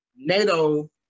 NATO